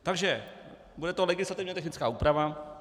Takže, bude to legislativně technická úprava.